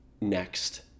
next